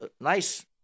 nice